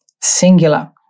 singular